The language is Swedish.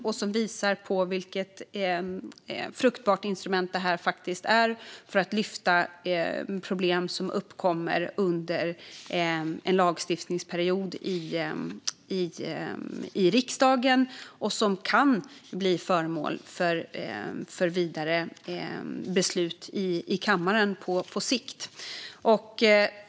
Det här visar vilket fruktbart instrument detta faktiskt är för att lyfta problem som uppkommer under en lagstiftningsperiod i riksdagen. Det är något som på sikt kan bli föremål för vidare beslut i kammaren.